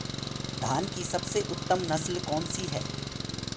धान की सबसे उत्तम नस्ल कौन सी है?